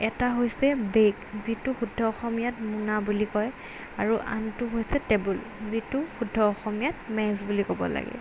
এটা হৈছে বেগ যিটো শুদ্ধ অসমীয়াত মোনা বুলি কয় আৰু আনটো হৈছে টেবুল যিটো শুদ্ধ অসমীয়াত মেজ বুলি ক'ব লাগে